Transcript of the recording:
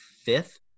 fifth